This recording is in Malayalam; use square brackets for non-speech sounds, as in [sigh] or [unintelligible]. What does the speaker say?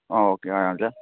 ആ ഓക്കെ ആ [unintelligible]